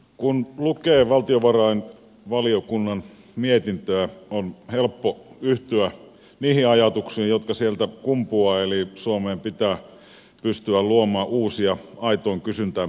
kun lukee valtiovarainvaliokunnan mietintöä on helppo yhtyä niihin ajatuksiin jotka sieltä kumpuavat eli suomeen pitää pystyä luomaan uusia aitoon kysyntään perustuvia työpaikkoja